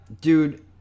dude